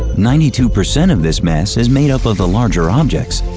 ninety two percent of this mass is made of of the larger objects,